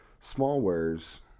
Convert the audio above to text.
smallwares